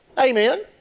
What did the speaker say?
Amen